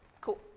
Cool